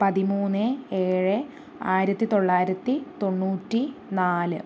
പതിമൂന്ന് ഏഴ് ആയിരത്തി തൊള്ളായിരത്തി തൊണ്ണൂറ്റി നാല്